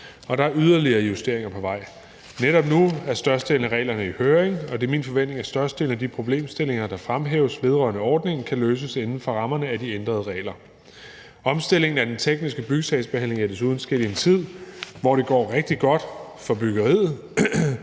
og der er yderligere justeringer på vej. Netop nu er størstedelen af reglerne i høring, og det er min forventning, at størstedelen af de problemstillinger, der fremhæves vedrørende ordningen, kan løses inden for rammerne af de ændrede regler. Omstillingen af den tekniske byggesagsbehandling er desuden sket i en tid, hvor det går rigtig godt for byggeriet.